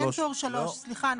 אין טור 3. סליחה,